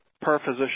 per-physician